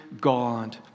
God